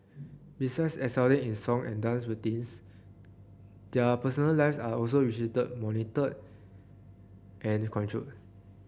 besides excelling in song and dance routines their personal lives are also strictly monitored and controlled